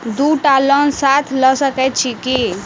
दु टा लोन साथ लऽ सकैत छी की?